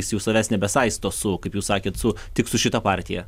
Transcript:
jis jau savęs nebesaisto su kaip jūs sakėt su tik su šita partija